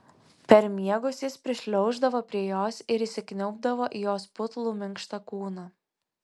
per miegus jis prišliauždavo prie jos ir įsikniaubdavo į jos putlų minkštą kūną